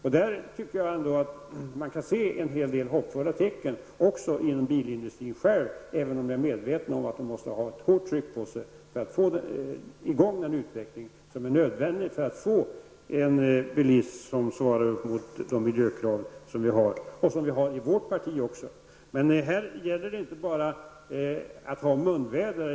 Man kan ändå se en hel del hoppfulla tecken, också inom bilindustrin, även om jag är medveten om att den måste ha ett starkt tryck på sig för att den skall få i gång en nödvändig utveckling av bilmodellerna, som svarar emot de miljökrav som ställs -- krav som också finns inom socialdemokraterna. Men det räcker inte bara med munväder.